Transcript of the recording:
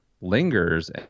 lingers